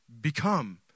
become